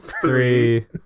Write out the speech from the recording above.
Three